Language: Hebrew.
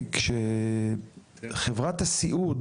כשחברת הסיעוד